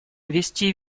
вести